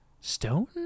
stone